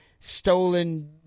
stolen